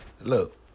Look